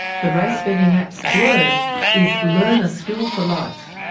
the race betting app's blurb is learn a skill for life.